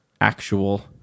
actual